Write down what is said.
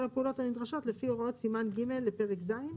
הפעולות הנדרשות לפי הוראות סימן ג' לפרק ז'.